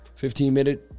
15-minute